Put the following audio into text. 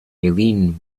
eileen